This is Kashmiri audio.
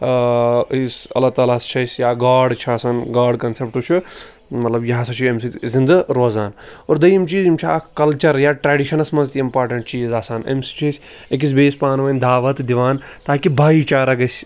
أسۍ اللہ تعالیٰ ہَس چھِ أسۍ یا گاڈ چھِ آسان گاڈ کَنسٮ۪پٹ چھُ مطلب یہِ ہَسا چھُ اَمہِ سۭتۍ زِندٕ روزان اور دٔیِم چیٖز یِم چھِ اَکھ کَلچَر یا ٹرٛیڈِشَنَس منٛز تہِ اِمپاٹَنٛٹ چیٖز آسان اَمہِ سۭتۍ چھِ أسۍ أکِس بیٚیِس پانہٕ ؤنۍ دعوت دِوان تاکہِ بھایی چارہ گژھِ